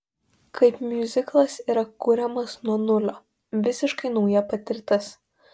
kaip miuziklas yra kuriamas nuo nulio visiškai nauja patirtis